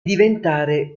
diventare